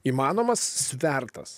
įmanomas svertas